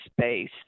space